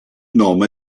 nome